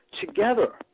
together